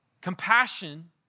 Compassion